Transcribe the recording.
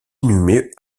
inhumé